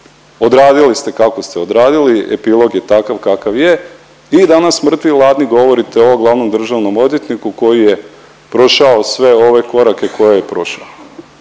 odradili ste kako ste odradili, epilog je takav kakav je i danas mrtvi ladni govorite ovom glavnom državnom odvjetniku koji je prošao sve ove korake koje je prošao.